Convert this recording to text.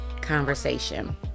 conversation